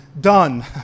done